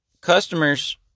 customers